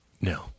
No